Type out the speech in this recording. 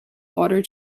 order